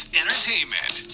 entertainment